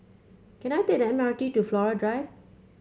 can I take the M R T to Flora Drive